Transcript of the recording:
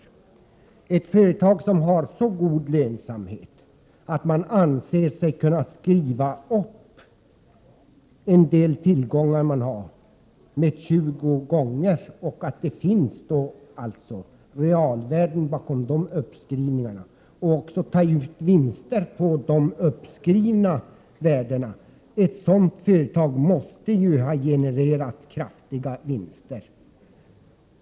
Men ett företag som har så god lönsamhet att man från företagets sida anser sig kunna skriva upp en del av tillgångarna 20 gånger — det finns alltså realvärden bakom dessa uppskrivningar — och ta ut vinster i fråga om de uppskrivna värdena, måste ju ha genererat kraftiga vinster.